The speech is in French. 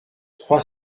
trois